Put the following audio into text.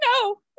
No